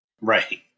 Right